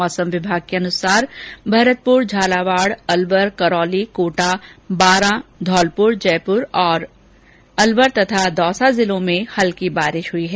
मौसम विभाग के अनुसार भरतपुर झालावाड अलवर करौली कोटा बारा घौलपुर जयपुर अलवर और दौसा जिलों में हल्की बारिश हुई है